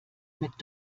mit